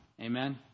Amen